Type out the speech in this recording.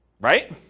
right